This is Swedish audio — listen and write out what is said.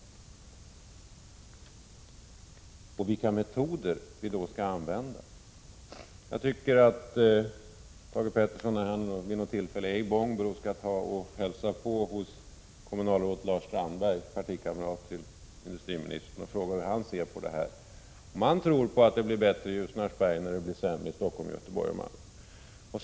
Det är i alla fall detta jag försöker debattera. Jag tycker att Thage Peterson när han vid något tillfälle är i Bångbro skall tern, och fråga om han tror att det blir bättre i Ljusnarsberg när det blir sämre i Stockholm, Göteborg och Malmö.